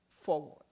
forward